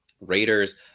Raiders